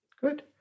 Good